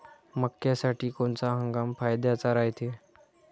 मक्क्यासाठी कोनचा हंगाम फायद्याचा रायते?